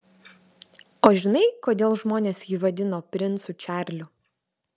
o žinai kodėl žmonės jį vadino princu čarliu